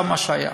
עכשיו מה שהיה: